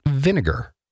vinegar